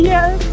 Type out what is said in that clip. Yes